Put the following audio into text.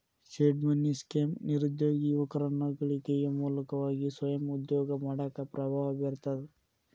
seed money scheme ನಿರುದ್ಯೋಗಿ ಯುವಕರನ್ನ ಗಳಿಕೆಯ ಮೂಲವಾಗಿ ಸ್ವಯಂ ಉದ್ಯೋಗ ಮಾಡಾಕ ಪ್ರಭಾವ ಬೇರ್ತದ